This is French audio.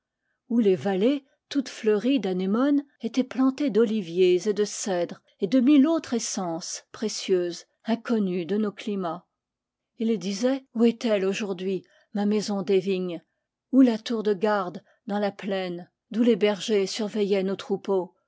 où les vallées toutes fleuries d'anémones étaient plantées d'oliviers et de cèdres et de mille autres essences précieuses inconnues de nos climats il disait où est-elle aujour d'hui ma maison des vignes où la tour de garde dans la plaine d'où les bergers surveillaient nos troupeaux